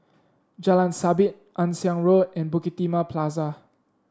Jalan Sabit Ann Siang Road and Bukit Timah Plaza